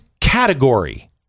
category